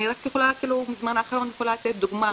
אני רק יכולה מהזמן האחרון לתת דוגמה,